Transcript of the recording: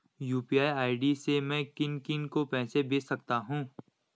UPI से मैं किन किन को पैसे भेज सकता हूँ?